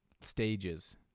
stages